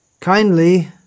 kindly